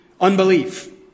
unbelief